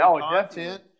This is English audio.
content